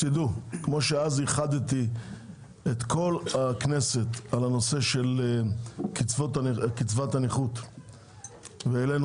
כמו שאז איחדתי את כל הכנסת בנושא קצבת הנכות והעלינו